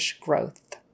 growth